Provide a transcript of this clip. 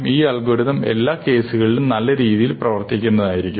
ഈ അൽഗോരിതം എല്ലാ കേസുകളിലും നല്ല രീതിയിൽ പ്രവർത്തിക്കുന്ന ഒന്നായിരിക്കും